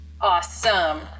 awesome